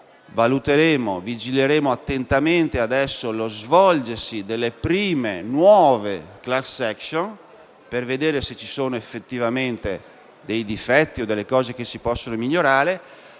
valuteremo e vigileremo attentamente lo svolgersi delle prime nuove *class action* per vedere se ci sono effettivamente dei difetti o degli aspetti che si possono migliorare,